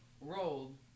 rolled